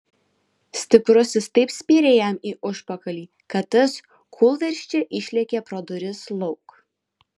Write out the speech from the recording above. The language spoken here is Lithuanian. stiprusis taip spyrė jam į užpakalį kad tas kūlversčia išlėkė pro duris lauk